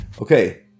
Okay